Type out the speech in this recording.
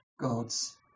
god's